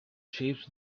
shapes